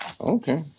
Okay